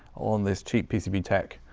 on this cheap pcb tech,